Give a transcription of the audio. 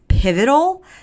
Pivotal